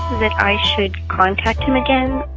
that i should contact him again?